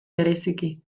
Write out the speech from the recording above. bereziki